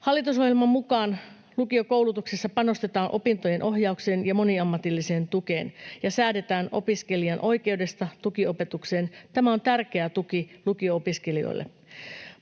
Hallitusohjelman mukaan lukiokoulutuksessa panostetaan opintojen ohjaukseen ja moniammatilliseen tukeen ja säädetään opiskelijan oikeudesta tukiopetukseen. Tämä on tärkeä tuki lukio-opiskelijoille.